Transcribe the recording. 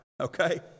Okay